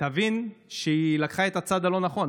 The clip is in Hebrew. תבין שהיא לקחה את הצד הלא-נכון.